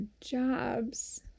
jobs